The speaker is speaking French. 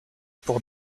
pour